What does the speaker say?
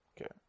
Okay